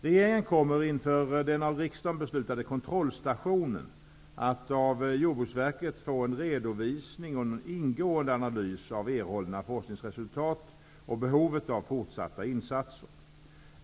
Regeringen kommer inför den av riksdagen beslutade kontrollstationen att av Jordbruksverket få en redovisning och en ingående analys av erhållna forskningsresultat och av behovet av fortsatta insatser.